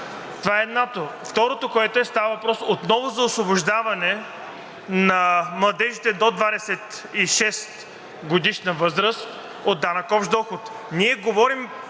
Това е едното. Второто, което е, става въпрос отново за освобождаване на младежите до 26-годишна възраст от данък общ доход.